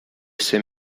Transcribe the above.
ese